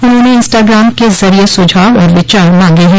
उन्होंने इंस्टाग्राम के ज़रिये सुझाव और विचार मांगे हैं